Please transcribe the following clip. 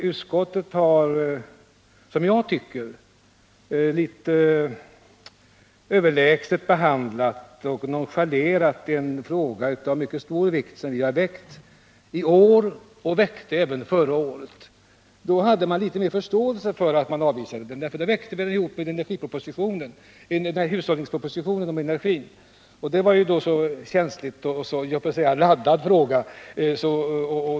Utskottet har, tycker jag, litet överlägset behandlat och nonchalerat en fråga av mycket stor vikt som vi har tagit upp i år och som vi tog upp även förra året. Då hade jag litet mera förståelse för att man avvisade motionen, därför att då väckte vi den i anknytning till propositionen om hushållning med energin. Det var en känslig och laddad fråga.